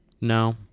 No